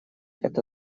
это